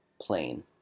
plane